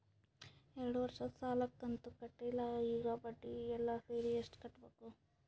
ಎರಡು ವರ್ಷದ ಸಾಲದ ಕಂತು ಕಟ್ಟಿಲ ಈಗ ಬಡ್ಡಿ ಎಲ್ಲಾ ಸೇರಿಸಿ ಎಷ್ಟ ಕಟ್ಟಬೇಕು?